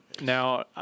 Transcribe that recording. Now